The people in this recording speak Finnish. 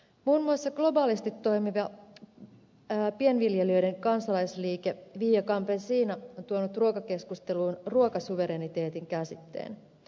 muun muassa globaalisti toimiva pienviljelijöiden kansalaisliike via campesina on tuonut ruokakeskusteluun ruokasuvereniteetin käsitteen